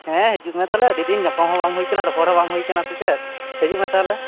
ᱦᱮᱸᱻ ᱦᱤᱡᱩᱜ ᱢᱮ ᱛᱟᱦᱮᱞᱮ ᱟ ᱰᱤᱫᱤᱱ ᱧᱟᱯᱟᱢ ᱦᱚᱸ ᱵᱟᱝ ᱦᱩᱭᱠᱟᱱᱟ ᱨᱚᱯᱚᱲ ᱦᱚᱸ ᱵᱟᱝ ᱦᱩᱭᱠᱟᱱᱟ ᱥᱮ ᱪᱮᱫ ᱦᱤᱡᱩᱜ ᱢᱮ ᱛᱟᱦᱚᱞᱮ